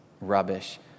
rubbish